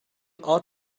ought